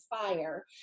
fire